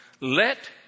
Let